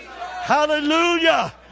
Hallelujah